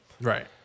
Right